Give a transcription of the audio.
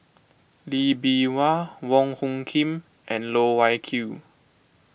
Lee Bee Wah Wong Hung Khim and Loh Wai Kiew